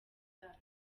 ryacu